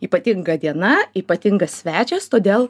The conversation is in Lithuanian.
ypatinga diena ypatingas svečias todėl